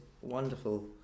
wonderful